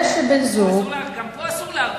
גם פה אסור להרביץ.